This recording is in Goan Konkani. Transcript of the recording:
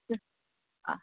आं